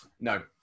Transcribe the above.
No